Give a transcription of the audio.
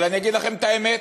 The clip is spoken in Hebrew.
אבל אני אגיד לכם את האמת.